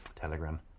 Telegram